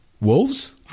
Wolves